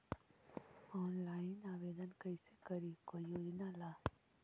Online आवेदन कैसे करी कोई योजना ला?